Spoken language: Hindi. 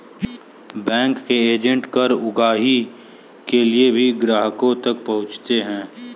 बैंक के एजेंट कर उगाही के लिए भी ग्राहकों तक पहुंचते हैं